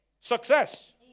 success